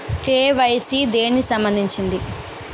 KYC దేనికి సంబందించింది?